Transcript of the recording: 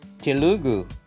Telugu